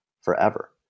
forever